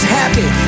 happy